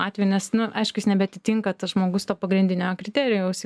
atvejų nes nu aišku jis nebeatitinka tas žmogus to pagrindinio kriterijaus